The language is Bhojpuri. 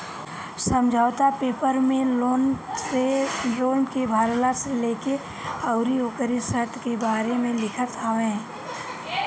समझौता पेपर में लोन के भरला से लेके अउरी ओकरी शर्त के बारे में लिखल होत हवे